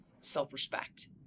self-respect